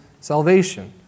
salvation